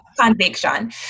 conviction